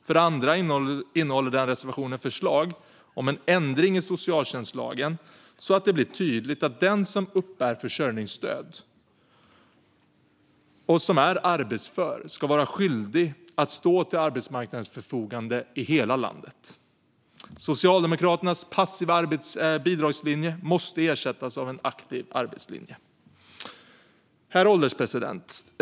För det andra innehåller reservationen förslag om en ändring i socialtjänstlagen så att det blir tydligt att den som uppbär försörjningsstöd och som är arbetsför ska vara skyldig att stå till arbetsmarknadens förfogande i hela landet. Socialdemokraternas passiva bidragslinje måste ersättas med en aktiv arbetslinje. Herr ålderspresident!